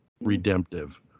Redemptive